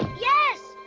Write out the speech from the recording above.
yes!